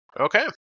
Okay